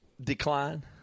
decline